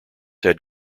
had